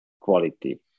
quality